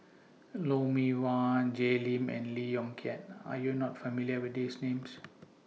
Lou Mee Wah Jay Lim and Lee Yong Kiat Are YOU not familiar with These Names